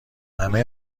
همه